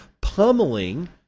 pummeling